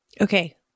Okay